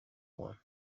point